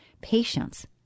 patience